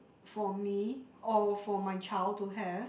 for me or for my child to have